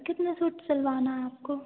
कितना सूट सिलवाना है आपको